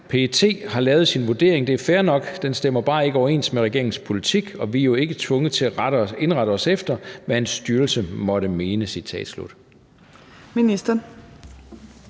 »PET har lavet sin vurdering, det er fair nok. Den stemmer bare ikke overens med regeringens politik, og vi er jo ikke tvunget til at indrette os efter, hvad en styrelse måtte mene.«?